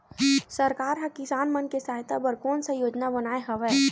सरकार हा किसान मन के सहायता बर कोन सा योजना बनाए हवाये?